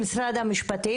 במשרד המשפטים,